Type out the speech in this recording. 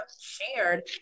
shared